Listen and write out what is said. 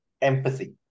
empathy